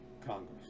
Congress